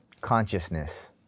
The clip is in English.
consciousness